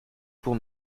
pour